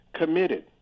committed